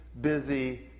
busy